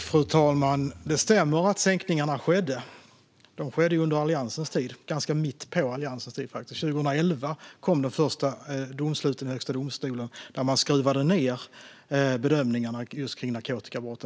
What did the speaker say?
Fru talman! Det stämmer att sänkningarna skedde. De skedde ganska mitt under Alliansens tid. År 2011 kom de första domsluten i Högsta domstolen där man skruvade ned bedömningarna i just narkotikabrott.